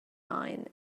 mind